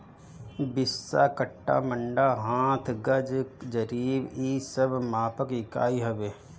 बिस्सा, कट्ठा, मंडा, हाथ, गज, जरीब इ सब मापक इकाई हवे